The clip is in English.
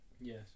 Yes